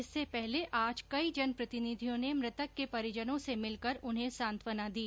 इससे पहले आज कई जनप्रतिनिधियों ने मृतक के परिजनों से मिलकर उन्हें सांत्वना दी